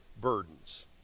burdens